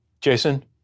Jason